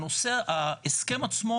ההסכם עצמו,